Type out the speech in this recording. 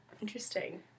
interesting